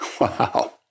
Wow